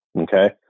Okay